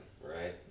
right